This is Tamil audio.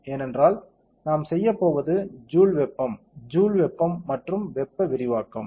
ஏனென்றால் நாம் செய்ய போவது ஜூல் வெப்பம் ஜூல் வெப்பம் மற்றும் வெப்ப விரிவாக்கம்